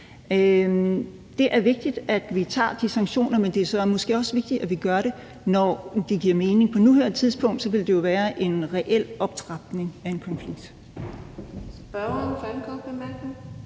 Det er vigtigt, at vi tager de sanktioner, men det er så måske også vigtigt, at vi gør det, når det giver mening. På nuværende tidspunkt ville det jo være en reel optrapning af en konflikt.